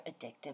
addictive